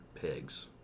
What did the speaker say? pigs